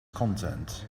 content